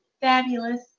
fabulous